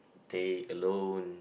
stay alone